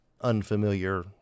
unfamiliar